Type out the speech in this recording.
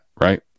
Right